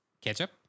Ketchup